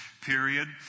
period